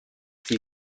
sie